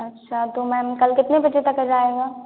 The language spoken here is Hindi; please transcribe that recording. अच्छा तो मैम कल कितने बजे तक आ जाएगा